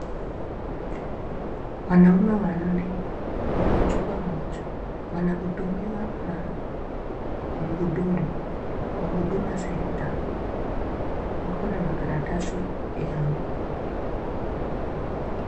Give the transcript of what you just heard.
Wanaume wanne wako chumba moja, wanahudumiwa na mhudumu kwa Huduma Centre. Wakona makaratasi yao.